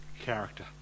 character